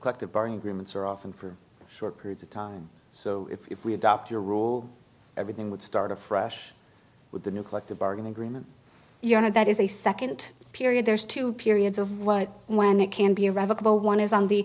collective bargaining agreements are often for short periods of time so if we adopt your rule everything would start afresh with the new collective bargaining agreement that is a second period there's two periods of what when it can be irrevocable one is on the